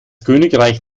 königreich